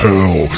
Hell